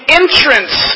entrance